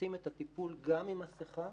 מבצעים את הטיפול גם עם מסכה.